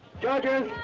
judges,